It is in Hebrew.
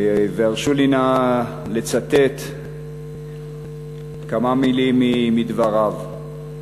והרשו לי נא לצטט כמה מילים מדבריו: